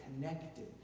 Connected